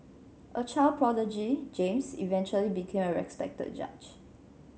a child prodigy James eventually became a respected judge